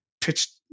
pitched